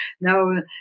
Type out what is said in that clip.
No